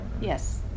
yes